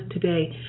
today